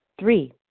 Three